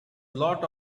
lot